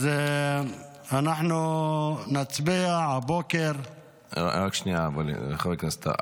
אז נצביע הבוקר --- רק שנייה, חבר הכנסת טאהא.